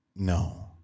No